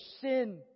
sin